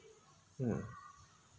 hmm